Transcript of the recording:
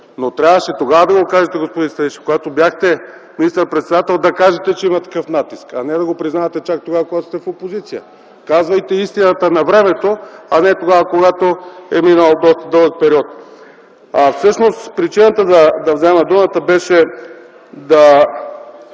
Но трябваше тогава да го кажете, господин Станишев. Когато бяхте министър-председател, трябваше да кажете, че има такъв натиск, а не да го признавате чак тогава, когато сте в опозиция. Казвайте истината навреме, а не тогава, когато е минал доста дълъг период. Причината да взема думата беше не